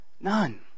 None